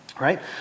right